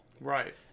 right